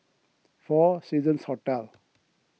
four Seasons Hotel